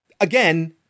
Again